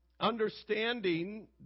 Understanding